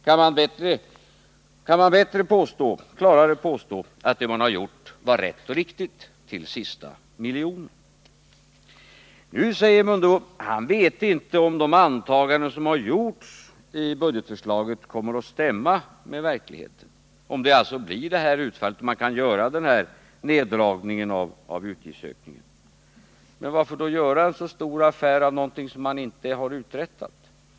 Kan man klarare belysa att det man har gjort har varit rätt och riktigt till sista miljonen? Nu säger Ingemar Mundebo att han inte vet om de antaganden som har gjorts i budgetförslaget kommer att stämma med verkligheten, dvs. om utfallet blir det väntade eller om man kan göra denna neddragning av utgiftsökningarna. Men varför då göra så stor affär av någonting som man inte har uträttat?